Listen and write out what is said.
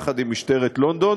יחד עם משטרת לונדון,